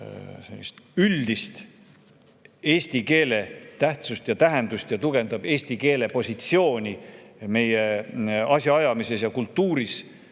üldist eesti keele tähtsust ja tähendust ning tugevdab eesti keele positsiooni meie asjaajamises ja kultuuris,